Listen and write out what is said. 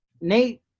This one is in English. Nate